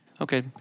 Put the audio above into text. Okay